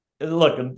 look